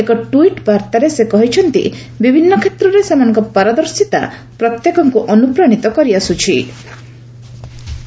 ଏକ ଟ୍ୱିଟ୍ ବାର୍ତ୍ତାରେ ସେ କହିଛନ୍ତି ବିଭିନ୍ନ କ୍ଷେତ୍ରରେ ସେମାନଙ୍କ ପାରଦର୍ଶିତା ପ୍ରତ୍ୟେକଙ୍କୁ ଅନୁପ୍ରାଣିତ କରିଆସ୍ଟ୍ରି